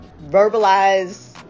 verbalize